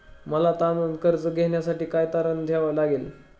मला तारण कर्ज घेण्यासाठी काय तारण ठेवावे लागेल?